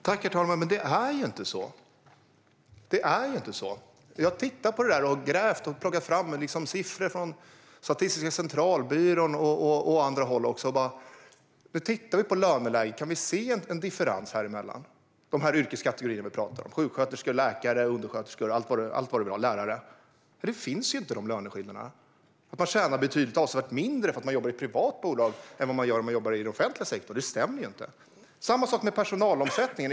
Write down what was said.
Herr talman! Det är ju inte så. Jag har tittat på det och plockat fram siffror från Statistiska centralbyrån och andra. Är det en differens i dessa yrkeskategorier, det vill säga sjuksköterskor, läkare, undersköterskor, lärare med flera? Nej, det finns inga sådana löneskillnader. Att man skulle tjäna avsevärt mindre i ett privat bolag än i den offentliga sektorn stämmer inte. Detsamma gäller personalomsättningen.